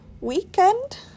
weekend